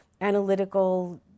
analytical